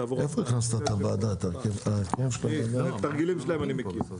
אני מכיר את התרגילים שלהם.